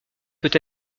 peut